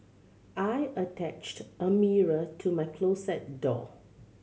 I attached a mirror to my closet door